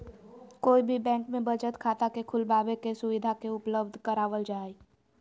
कोई भी बैंक में बचत खाता के खुलबाबे के सुविधा के उपलब्ध करावल जा हई